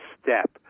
step